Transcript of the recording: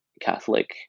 Catholic